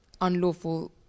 unlawful